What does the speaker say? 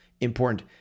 important